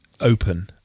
open